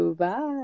Bye